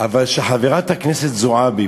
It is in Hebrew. אבל שחברת הכנסת זועבי,